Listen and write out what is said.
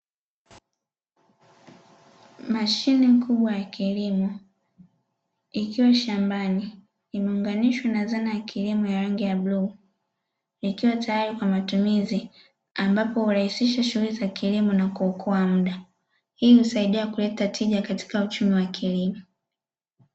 Mashine kubwa ya kilimo ikiwa shambani, imeunganishwa na zana ya kilimo ya rangi ya bluu ikiwa tayari kwa matumizi ambapo hurahisisha shughuli za kilimo na kuokoa muda. Hii husaidia kuleta tija katika uchumi wa kilimo.